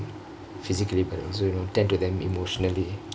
physically also tend to them emotionally